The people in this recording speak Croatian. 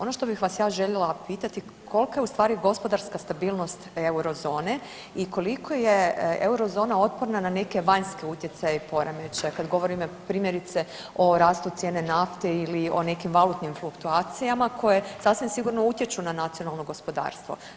Ono što bih vas ja željela pitati kolika je ustvari gospodarska stabilnost Eurozone i koliko je Eurozona otporna na neke vanjske utjecaje i poremećaje kad govorimo primjerice o rastu cijene nafte ili o nekim valutnim fluktuacijama koje sasvim sigurno utječu na nacionalno gospodarstvo.